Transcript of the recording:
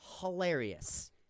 hilarious